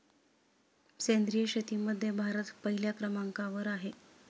सेंद्रिय शेतीमध्ये भारत पहिल्या क्रमांकावर आहे